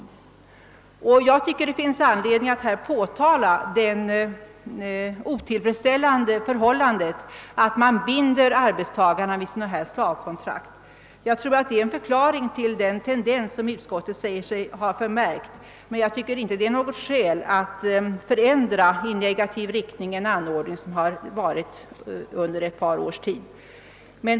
Dessa s.k. slavkontrakt förklarar säkerligen den ten dens som utskottet säger sig ha märkt, men jag tycker inte att det är något skäl att i negativ riktning förändra en anordning som funnits ett par år.